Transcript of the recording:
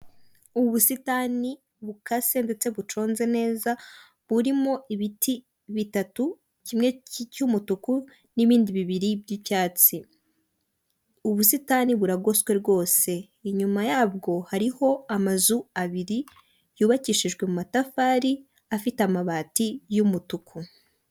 Ubusitani bukase ndetse buconze neza burimo ibiti bitatu kimwe cy'umutuku n'ibindi bibiri by'icyatsi, ubusitani buragoswe rwose, inyuma yabwo hariho amazu abiri yubakishijwe amatafari afite amabati y'umutuku.